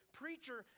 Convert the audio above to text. preacher